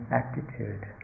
attitude